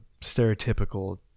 stereotypical